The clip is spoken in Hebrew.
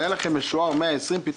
היה לכם תקציב משוער של 120,000 שקל ופתאום